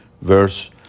Verse